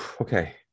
okay